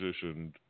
positioned